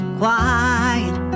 quiet